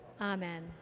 Amen